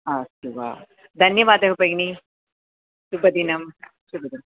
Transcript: अस्तु वा धन्यवादः भगिनि शुभदिनं शुभदिनम्